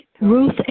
Ruth